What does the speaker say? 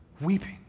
Weeping